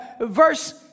Verse